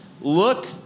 look